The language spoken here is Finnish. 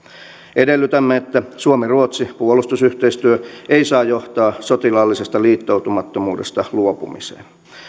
edellytämme että suomi ruotsi puolustusyhteistyö ei saa johtaa sotilaallisesta liittoutumattomuudesta luopumiseen